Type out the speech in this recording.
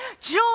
joy